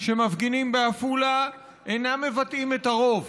שמפגינים בעפולה אינם מבטאים את הרוב.